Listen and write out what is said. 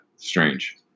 Strange